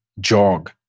jog